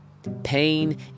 pain